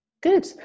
good